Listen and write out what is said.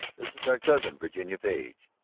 this is our cousin, virginia page.